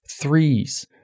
threes